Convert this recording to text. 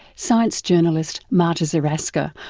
science journalist marta zaraska,